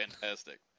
fantastic